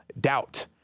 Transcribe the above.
doubt